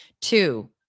Two